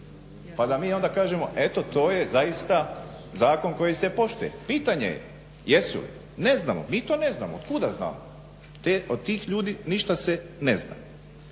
pa da mi onda kažemo eto to je zaista zakon koji se poštuje. Pitanje je jesu li. Ne znamo, mi to ne znamo. Od kud da znamo. Od tih ljudi ništa ne zna.